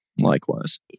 likewise